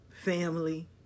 family